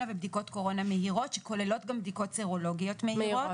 ובדיקות קורונה מהירות שכוללות גם בדיקות סרולוגיות מהירות.